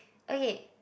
okay